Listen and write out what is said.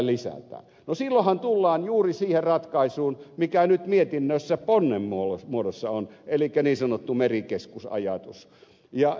no silloinhan tullaan juuri siihen ratkaisuun joka nyt mietinnössä ponnen muodossa on elikkä niin sanottuun merikeskus ajatukseen